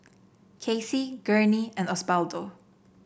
Kacey Gurney and Osbaldo